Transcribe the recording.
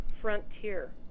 frontier